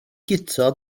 guto